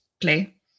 play